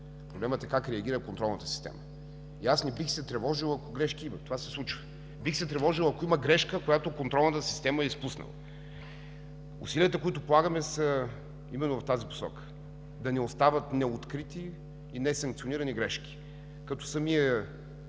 Проблемът е как реагира контролната система и аз не бих се тревожил, ако има грешки, това се случва – бих се тревожил, ако има грешка, която контролната система е изпуснала. Усилията, които полагаме, са именно в тази посока – да не остават неоткрити и несанкционирани грешки. Самият